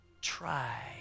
Try